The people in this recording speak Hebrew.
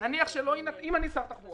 אם אני שר התחבורה